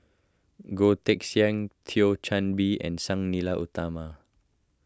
Goh Teck Sian Thio Chan Bee and Sang Nila Utama